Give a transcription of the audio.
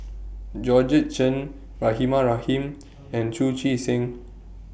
Georgette Chen Rahimah Rahim and Chu Chee Seng